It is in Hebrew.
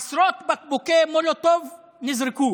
עשרות בקבוקי מולוטוב נזרקו